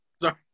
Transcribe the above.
Sorry